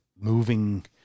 moving